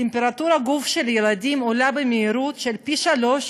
טמפרטורת הגוף של הילדים עולה במהירות של פי-שלושה